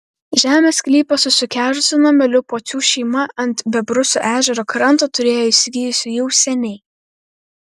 žemės sklypą su sukežusiu nameliu pocių šeima ant bebrusų ežero kranto turėjo įsigijusi jau seniai